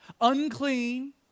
Unclean